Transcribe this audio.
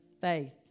Faith